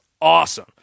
awesome